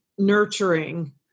nurturing